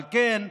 על כן,